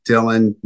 Dylan